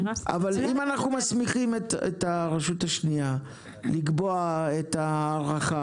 אבל אם אנחנו מסמיכים את הרשות השנייה לקבוע את ההארכה